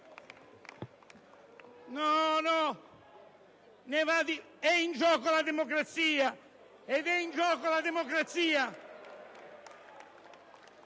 No, no! È in gioco la democrazia,